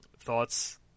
Thoughts